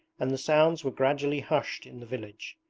and the sounds were gradually hushed in the village.